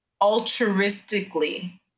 altruistically